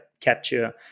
capture